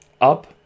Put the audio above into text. up